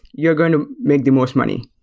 you're going to make the most money.